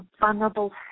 vulnerable